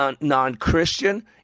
non-Christian